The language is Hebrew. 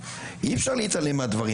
אי אפשר להתעלם מן הדברים